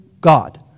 God